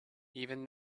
even